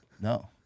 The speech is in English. no